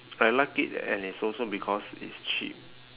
I like it and it's also because it's cheap